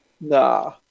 Nah